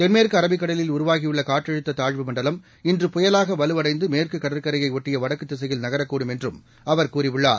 தென்மேற்கு அரபிக்கடலில் உருவாகியுள்ள காற்றழுத்த தாழ்வு மண்டலம் இன்று புயலாக வலுவடைந்து மேற்கு கடற்கரையையொட்டிய வடக்கு திசையில் நகரக்கூடும் என்றும் அவர் கூறியுள்ளார்